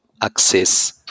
access